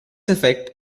effect